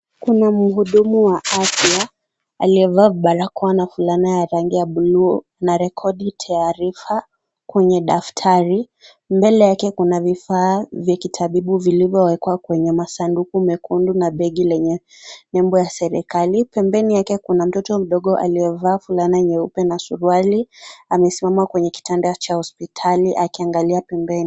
Kuna mhudumu wa afya aliyevaa barakoa na fulana ya rangi ya buluu anarekodi taarifa kwenye daftari mbele yake kuna vifaa vya kitabibu viliivyo wekwa kwa masanduku na begi lenye nembo ya serikali pembeni yake kuna mtoto mdogo aliyevaa fulana nyeupe na amesimama kwenye kitanda cha hospitali akiangalia pembeni.